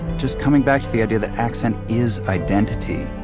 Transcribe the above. just coming back to the idea that accent is identity,